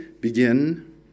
begin